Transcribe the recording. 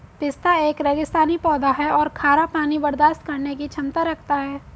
पिस्ता एक रेगिस्तानी पौधा है और खारा पानी बर्दाश्त करने की क्षमता रखता है